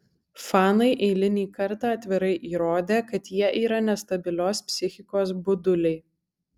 fanai eilinį kartą atvirai įrodė kad jie yra nestabilios psichikos buduliai